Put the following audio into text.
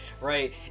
right